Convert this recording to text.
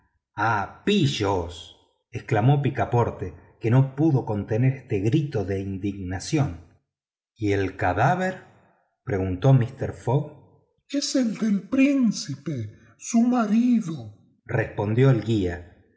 ah pillos exclamó picaporte que no pudo contener este grito de indignación y el cadáver preguntó mister fogg es el del príncipe su marido respondió el guía